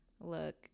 look